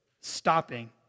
stopping